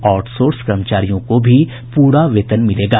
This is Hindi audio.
आउटसोर्स कर्मचारियों को भी पूरा वेतन मिलेगा